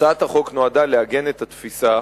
הצעת החוק נועדה לעגן את התפיסה